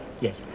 Yes